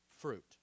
fruit